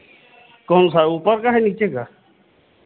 कौन सा है ऊपर का है नीचे का